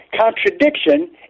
contradiction